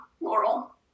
laurel